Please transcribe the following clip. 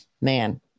man